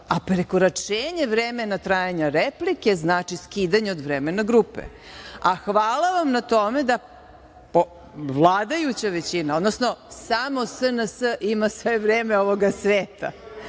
a prekoračenje vremena trajanja replike znači skidanje od vremena grupe. Hvala vam na tome, vladajuća većina, odnosno samo SNS ima sve vreme ovoga sveta.